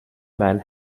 men